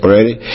Ready